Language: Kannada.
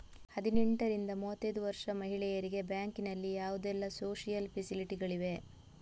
ಹದಿನೆಂಟರಿಂದ ಮೂವತ್ತೈದು ವರ್ಷ ಮಹಿಳೆಯರಿಗೆ ಬ್ಯಾಂಕಿನಲ್ಲಿ ಯಾವುದೆಲ್ಲ ಸೋಶಿಯಲ್ ಫೆಸಿಲಿಟಿ ಗಳಿವೆ?